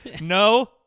no